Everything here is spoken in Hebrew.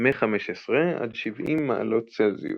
מ-15 עד 70 מעלות צלזיוס.